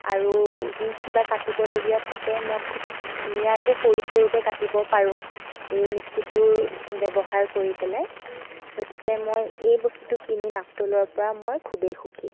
আৰু যি কিবা কাটিবলগীয়া থাকে মই খুব ধুনীয়াকৈ সৰু সৰুকৈ কাটিব পাৰোঁ এই মিক্সিটোৰ ব্যৱহাৰ কৰি পেলাই গতিকে মই এই বস্তুটো কিনি নাপতোলৰ পৰা মই খুবেই সুখী